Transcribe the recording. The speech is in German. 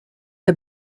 der